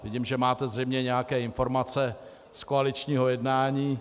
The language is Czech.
Vidím, že máte zřejmě nějaké informace z koaličního jednání.